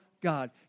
God